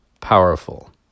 powerful